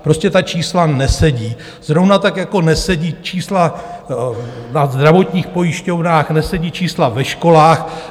Prostě ta čísla nesedí, zrovna tak jako nesedí čísla na zdravotních pojišťovnách, nesedí čísla ve školách.